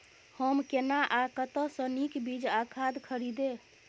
हम केना आ कतय स नीक बीज आ खाद खरीदे?